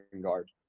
guard